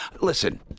Listen